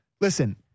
listen